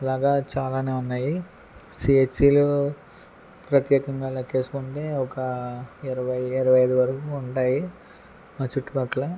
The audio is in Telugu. ఇలాగా చాలానే ఉన్నాయి సిహెచ్సిలు ప్రత్యేకంగా లెక్కేసుకుంటే ఒక ఇరవై ఇరవై ఐదు వరకు ఉంటాయి ఆ చుట్టుపక్కల